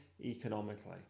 economically